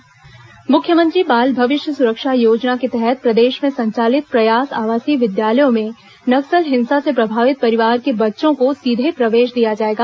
प्रयास आवासीय विद्यालय काऊंसिलिंग मुख्यमंत्री बाल भविष्य सुरक्षा योजना के तहत प्रदेश में संचालित प्रयास आवासीय विद्यालयों में नक्सल हिंसा से प्रभावित परिवार के बच्चों को सीधे प्रवेश दिया जाएगा